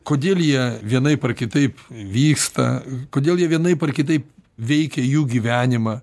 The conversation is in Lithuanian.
kodėl jie vienaip ar kitaip vyksta kodėl jie vienaip ar kitaip veikia jų gyvenimą